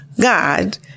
God